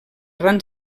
ran